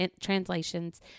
translations